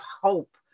hope